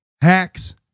Hacks